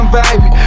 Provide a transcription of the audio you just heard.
baby